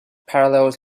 parallels